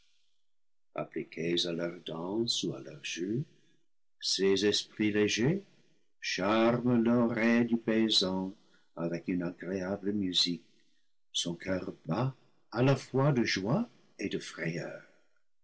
leurs jeux ces esprits légers charment l'oreille du paysan avec une agréable musique son coeur bat à la fois de joie et de frayeur